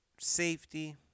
safety